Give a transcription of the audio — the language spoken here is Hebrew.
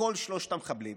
לכל שלושת המחבלים,